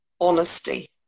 honesty